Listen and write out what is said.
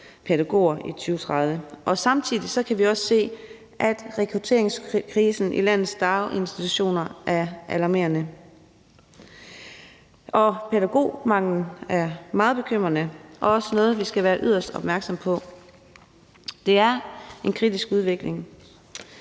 pædagoger i 2030. Samtidig kan vi også se, at rekrutteringskrisen i landets daginstitutioner er alarmerende, og pædagogmanglen er meget bekymrende og også noget, vi skal være yderst opmærksomme på. Det er en kritisk udvikling.